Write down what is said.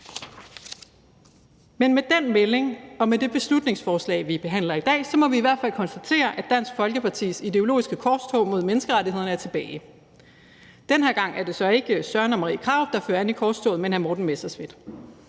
Men med den melding og med det beslutningsforslag, vi behandler i dag, må vi i hvert fald konstatere, at Dansk Folkepartis ideologiske korstog mod menneskerettighederne er tilbage. Den her gang er det så ikke Søren og Marie Krarup, der fører an i korstoget, men hr. Morten Messerschmidt.